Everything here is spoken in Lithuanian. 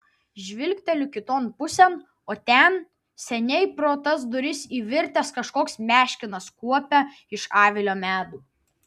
žvilgteliu kiton pusėn o ten seniai pro tas duris įvirtęs kažkoks meškinas kuopia iš avilio medų